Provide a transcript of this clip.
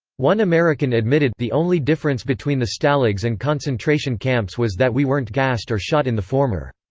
one american admitted the only difference between the stalags and concentration camps was that we weren't gassed or shot in the former.